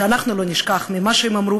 שאנחנו לא נשכח מה שהם אמרו,